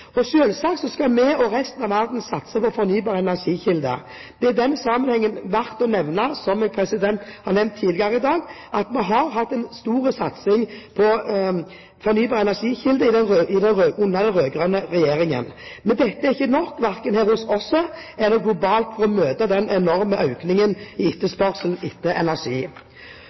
skal vi og resten av verden satse på fornybare energikilder. Det er i den sammenheng verdt å nevne, som jeg har gjort tidligere i dag, at vi har hatt en stor satsing på fornybare energikilder under den rød-grønne regjeringen. Men dette er ikke nok, verken her hos oss eller globalt, for å møte den enorme økningen i etterspørsel etter energi.